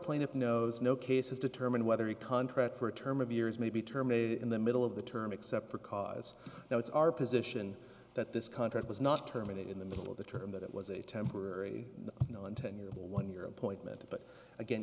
plaintiff knows no cases determine whether a contract for a term of years may be terminated in the middle of the term except for cause now it's our position that this contract was not terminate in the middle of the term that it was a temporary non tenure one year appointment but again